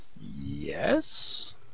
Yes